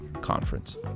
conference